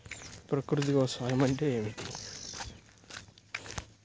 ప్రకృతి వ్యవసాయం అంటే ఏమిటి?